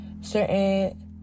certain